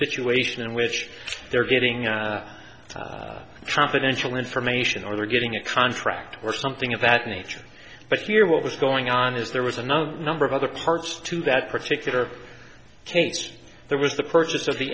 situation in which they're getting confidential information or they're getting a contract or something of that nature but here what was going on is there was another number of other parts to that particular case there was the purchase of the